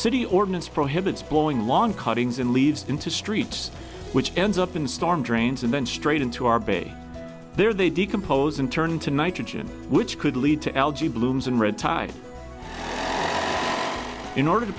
city ordinance prohibits blowing long cuttings in leaves into streets which ends up in storm drains and then straight into our bay there they decompose and turn into nitrogen which could lead to algae blooms and red tide in order to